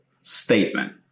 statement